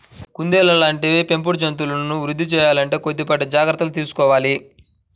కుందేళ్ళ లాంటి పెంపుడు జంతువులను వృద్ధి సేయాలంటే కొద్దిపాటి జాగర్తలు తీసుకోవాలి